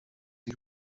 die